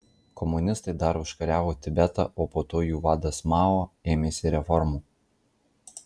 komunistai dar užkariavo tibetą o po to jų vadas mao ėmėsi reformų